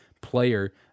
player